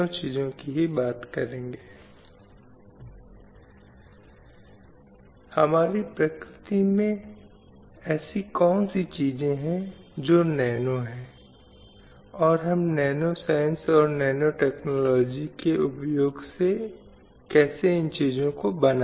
पुरुषों ने सुरक्षा की स्थिति श्रेष्ठता और प्रभुत्व की स्थिति का आनंद लेना जारी रखा और उन्होंने महिला वर्ग पर अपना नियंत्रण और पकड़ बनाए रखी अपने अधीन करके और उन्हें समाज में विभिन्न प्रकार के उल्लंघनों के लिए छोड़कर